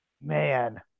Man